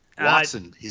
Watson